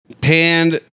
panned